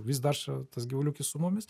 vis dar čia tas gyvulių ūkis su mumis